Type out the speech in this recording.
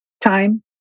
time